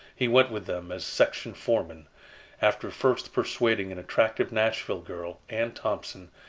he went with them as section foreman after first persuading an attractive nashville girl, ann thompson,